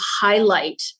highlight